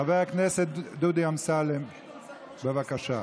חבר הכנסת דודי אמסלם, בבקשה.